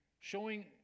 showing